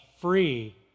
free